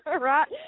Right